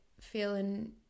feeling